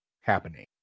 happening